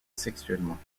sexuellement